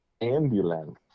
Ambulance